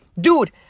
Dude